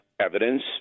evidence